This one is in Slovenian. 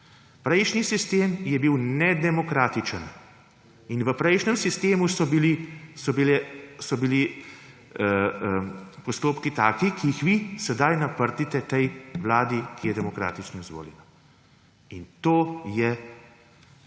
Prejšnji sistem je bil nedemokratičen in v prejšnjem sistemu so bili postopki takšni, ki jih vi sedaj naprtite tej vladi, ki je demokratično izvoljena. In to je